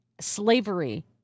slavery